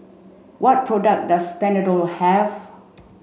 what product does Panadol have